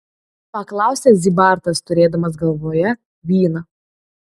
paklausė zybartas turėdamas galvoje vyną